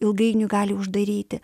ilgainiui gali uždaryti